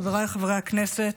חבריי חברי הכנסת,